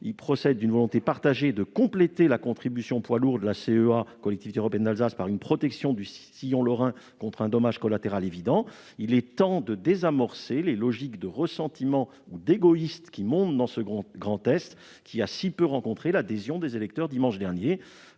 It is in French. procède d'une volonté partagée de compléter la contribution poids lourds de la CEA par une protection du sillon lorrain contre un dommage collatéral évident. Il est temps de désamorcer les logiques de ressentiment ou d'égoïsme qui montent dans ce Grand Est, lequel a si peu rencontré l'adhésion des électeurs dimanche dernier.